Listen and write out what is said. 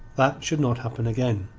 that should not happen again.